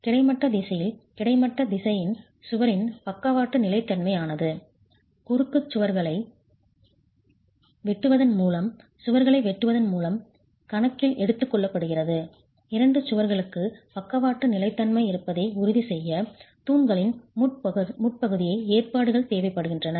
கிடைமட்ட திசையில் கிடைமட்ட திசையில் சுவரின் பக்கவாட்டு நிலைத்தன்மையானது குறுக்கு சுவர்களை வெட்டுவதன் மூலம் சுவர்களை வெட்டுவதன் மூலம் கணக்கில் எடுத்துக்கொள்ளப்படுகிறது இரண்டு சுவர்களுக்கு பக்கவாட்டு நிலைத்தன்மை இருப்பதை உறுதிசெய்ய தூண்களின் முட்புதர்களின் ஏற்பாடுகள் தேவைப்பட்டன